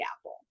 apple